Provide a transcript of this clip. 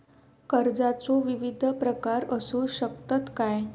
कर्जाचो विविध प्रकार असु शकतत काय?